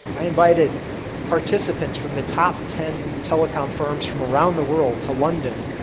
i invited participants from the top ten telecom firms from around the world to london,